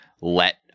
let